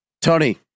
Tony